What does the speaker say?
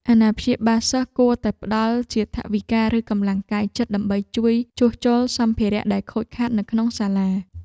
អាណាព្យាបាលសិស្សគួរតែផ្តល់ជាថវិកាឬកម្លាំងកាយចិត្ត ដើម្បីជួយជួសជុលសម្ភារៈដែលខូចខាតនៅក្នុងសាលា។